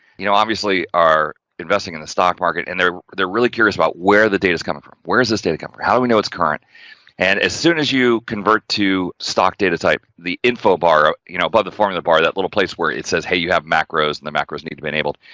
you know, obviously are investing in the stock market and they're, they're really curious about where the data is coming from, where is this data coming, how we know its kind and as soon as you convert to stock data type, the info bar, ah you know, above the formula bar that little place where it says, hey, you have macros and the macros need to be enabled.